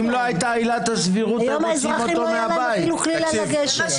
היום לאזרחים לא היה אפילו כלי לאן לגשת.